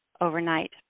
overnight